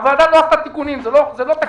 הוועדה לא עשתה תיקונים, זה לא תקציב.